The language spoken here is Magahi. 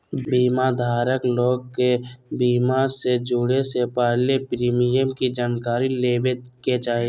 बीमा धारक लोग के बीमा से जुड़े से पहले प्रीमियम के जानकारी लेबे के चाही